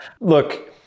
look